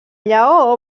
lleó